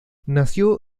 nació